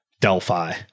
Delphi